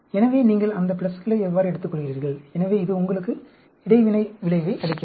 எனவே நீங்கள் அந்த பிளஸ்களை எடுத்துக்கொள்கிறீர்கள் எனவே இது உங்களுக்கு இடைவினை விளைவை அளிக்கிறது